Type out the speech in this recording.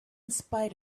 spite